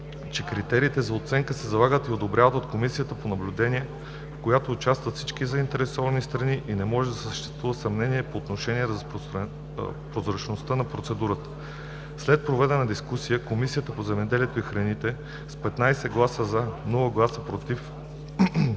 че критериите за оценка се залагат и одобряват от Комитета по наблюдение, в който участват всички заинтересовани страни и не може да съществува съмнение по отношение прозрачността на процедурата. След проведената дискусия Комисията по земеделието и храните с 15 гласа “за”, без “против”